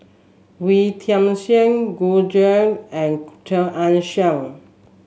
Wee Tian Siak Gu Juan and Chia Ann Siang